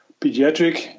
Pediatric